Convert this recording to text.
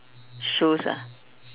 shoes ah